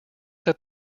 that